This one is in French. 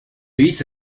hisse